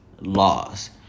laws